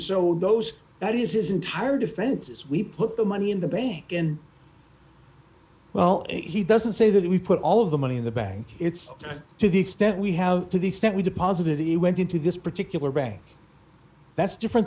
so those that his entire defense is we put the money in the bank and well he doesn't say that we put all of the money in the bank it's to the extent we have to the extent we deposited it went into this particular bank that's different